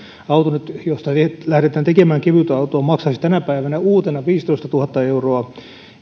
auto josta lähdetään tekemään kevytautoa maksaisi tänä päivänä uutena viisitoistatuhatta euroa